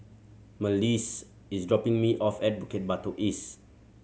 Malissie is dropping me off at Bukit Batok East